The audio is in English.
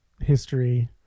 history